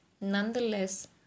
Nonetheless